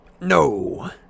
No